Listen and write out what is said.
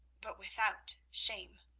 but without shame.